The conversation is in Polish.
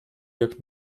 jak